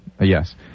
yes